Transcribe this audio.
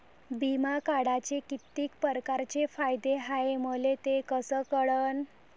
बिमा काढाचे कितीक परकारचे फायदे हाय मले कस कळन?